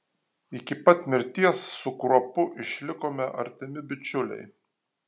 iki pat mirties su kruopu išlikome artimi bičiuliai